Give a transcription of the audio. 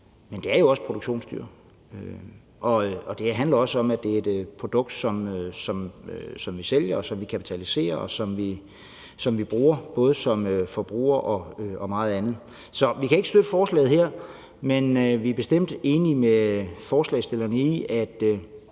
Men det er jo også produktionsdyr, og det handler også om, at det er et produkt, som vi sælger, som vi kan kapitalisere, og som vi bruger som forbrugere og meget andet. Så vi kan ikke støtte forslaget her, men vi er bestemt enig med forslagsstillerne i, at